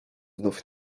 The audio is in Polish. znów